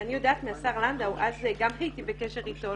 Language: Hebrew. אני יודעת מהשר לנדאו אז הייתי בקשר איתו,